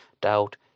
doubt